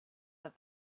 that